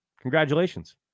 Congratulations